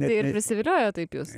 tai ir prisiviliojo taip jus